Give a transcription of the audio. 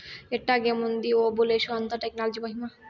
ఎట్టాగేముంది ఓబులేషు, అంతా టెక్నాలజీ మహిమా